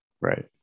Right